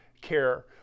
care